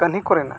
ᱠᱟᱹᱦᱱᱤ ᱠᱚᱨᱮᱱᱟᱜ